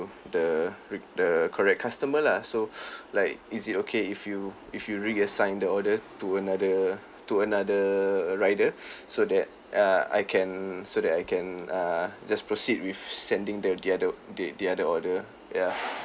the r~ the correct customer lah so like is it okay if you if you reassign the order to another to another rider so that uh I can so that I can uh just proceed with sending the the other the other order ya